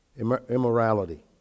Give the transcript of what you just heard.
immorality